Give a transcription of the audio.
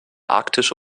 arktische